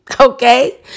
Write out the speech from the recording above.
okay